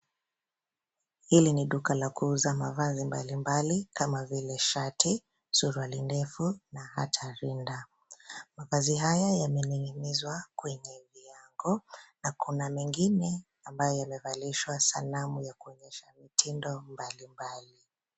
Hili ni duka la kuuza mavazi mbalimbali kama vile shati, suruali ndefu na hata rinda. Mavazi haya yameninginizwa kwenye viango na kuna mengine ambayo yamevalishwa sanamu ya kuonyesha mitindo mbalimbali